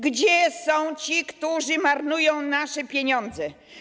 Gdzie są ci, którzy marnują nasze pieniądze?